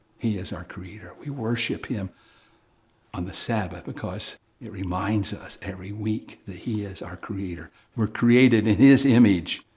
he is our creator. we worship him on the sabbath, because it reminds us every week that he is our creator. we're created in his image.